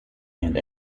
and